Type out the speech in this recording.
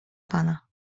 pana